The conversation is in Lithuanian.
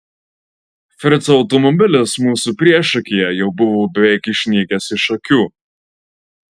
frico automobilis mūsų priešakyje jau buvo beveik išnykęs iš akių